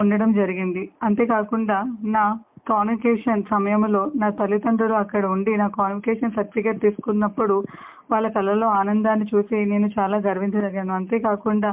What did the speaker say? ఉండడం జరిగింది అంతే కాకుండా నా కాన్వకేషన్ సమయంలో నా తల్లిదండ్రులు అక్కడ ఉంది నా కాన్వకేషన్ సర్టిఫికెట్ తీసుకున్నప్పుడు వాళ్ళ కళ్ళలో ఆనందాన్ని చూసి నేను చాలా గర్వించదగాను అంతే కాకుండా